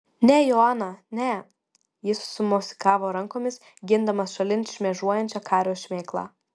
ne joana ne jis sumosikavo rankomis gindamas šalin šmėžuojančią kario šmėklą